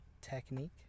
technique